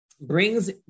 brings